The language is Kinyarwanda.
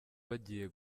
bagiye